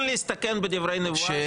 כוונתי היא שהנאום של ראש הממשלה המיועד